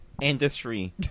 industry